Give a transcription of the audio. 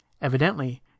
Evidently